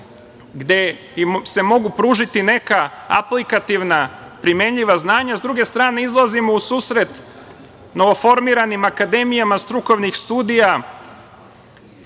gde im se mogu pružiti neka aplikativna primenjiva znanja.S druge strane, izlazimo u susret novoformiranim akademijama strukovnih studija